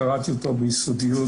קראתי אותו ביסודיות.